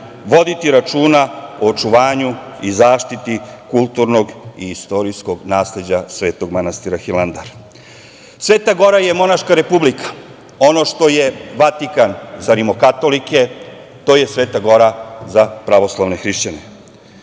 voditi računa o očuvanju i zaštiti kulturnog i istorijskog nasleđa Svetog manastira Hilandar. Svet Gora je monaška republika. Ono što je Vatikan za rimokatolike, to je Sveta Gora za pravoslavne hrišćane,